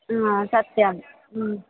आ सत्यम्